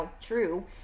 true